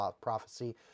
prophecy